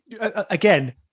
again